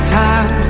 time